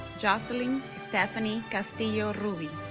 yoselyn stephany castillo rubi